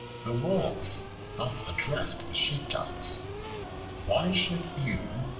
the wolves thus addressed the sheepdogs why should you,